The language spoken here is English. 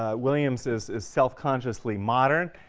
ah williams is is self-consciously modern.